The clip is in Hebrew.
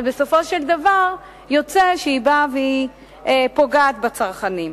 אבל בסופו של דבר היא פוגעת בצרכנים.